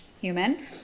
human